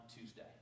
Tuesday